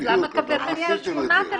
אז למה קבעתם את ה-8,000,